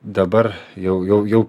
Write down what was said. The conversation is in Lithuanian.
dabar jau jau jau